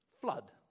Flood